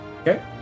Okay